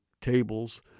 tables